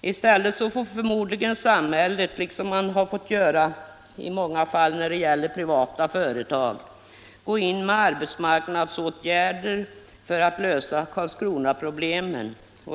I stället får förmodligen samhället, utomlands liksom det fått göra i många fall när det gäller privata företag, gå in med arbetsmarknadsåtgärder för att lösa Karlskronaproblemen.